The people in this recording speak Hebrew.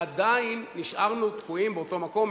עדיין נשארנו תקועים באותו מקום,